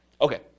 Okay